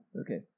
Okay